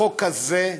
החוק הזה,